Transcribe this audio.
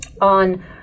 on